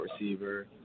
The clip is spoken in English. receiver